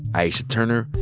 aisha turner,